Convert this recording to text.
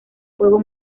juego